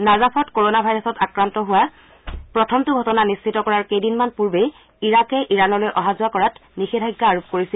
নাজাফত corona ভাইৰাছত আক্ৰান্ত হোৱা প্ৰথমটো ঘটনা নিশ্চিত কৰাৰ কেইদিনমান পৰ্বেই ইৰাকে ইৰানলৈ অহা যোৱা কৰাত বাধা আৰোপ কৰিছিল